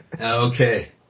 Okay